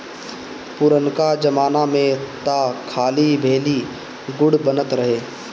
पुरनका जमाना में तअ खाली भेली, गुड़ बनत रहे